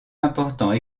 importants